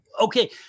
okay